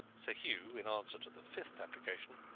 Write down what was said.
sir hugh, in answer to the fifth application,